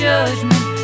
Judgment